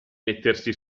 mettersi